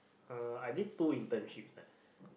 uh I did two internships leh